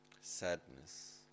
sadness